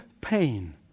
pain